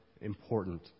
important